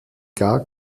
gar